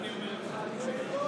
(קורא בשמות חברי הכנסת)